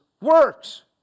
works